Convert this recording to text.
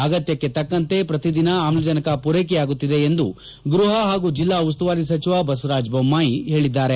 ಅಗತ್ಯಕ್ಕೆ ತಕ್ಕಂತೆ ಪ್ರತಿದಿನ ಆಮ್ಜನಕ ಪೂರೈಕೆಯಾಗುತ್ತಿದೆ ಎಂದು ಗೃಹ ಹಾಗೂ ಜಿಲ್ಲಾ ಉಸ್ತುವಾರಿ ಸಚಿವ ಬಸವರಾಜ ಬೊಮ್ಮಾಯಿ ಹೇಳಿದ್ದಾರೆ